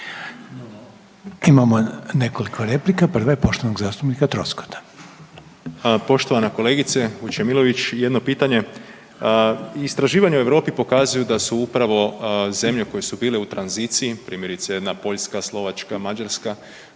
Imamo nekoliko replika. Prva je poštovanog zastupnika Troskota. **Troskot, Zvonimir (MOST)** Poštovana kolegice Vučemilović, jedno pitanje. Istraživanja u Europi pokazuju da su upravo zemlje koje su bile u tranziciji, primjerice jedna Poljska, Slovačka, Mađarska,